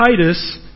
Titus